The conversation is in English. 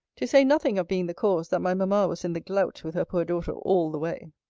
to say nothing of being the cause, that my mamma was in the glout with her poor daughter all the way.